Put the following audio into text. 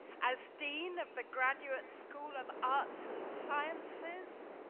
as dean of the graduate school of arts and sciences,